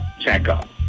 checkup